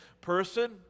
person